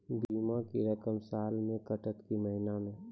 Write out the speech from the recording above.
बीमा के रकम साल मे कटत कि महीना मे?